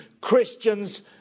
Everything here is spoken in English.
Christians